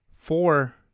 four